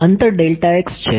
અંતર છે